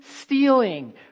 stealing